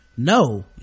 no